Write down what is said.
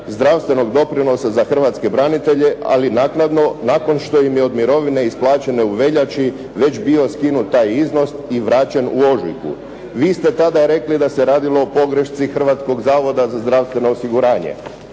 zdravstvenog doprinosa za hrvatske branitelje, ali naknadno, nakon što im je od mirovine isplaćene u veljači, već bio skinut taj iznos i vraćen u ožujku. Vi ste tada rekli da se radilo o pogrešci Hrvatskog zavoda za zdravstveno osiguranje.